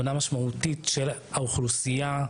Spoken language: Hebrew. הבנה משמעותית של האוכלוסייה,